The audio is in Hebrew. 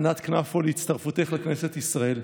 ענת כנפו, על הצטרפותך לכנסת ישראל.